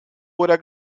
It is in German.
oder